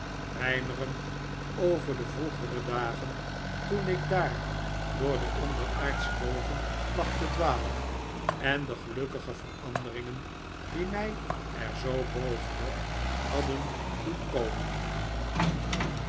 mijmerend over de vroegere dagen toen ik daar door de onderaardsche bogen placht te dwalen en de gelukkige veranderingen die mij er zoo bovenop hadden doen komen